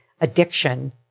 addiction